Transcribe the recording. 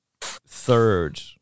third